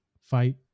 fight